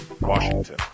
Washington